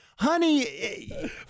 Honey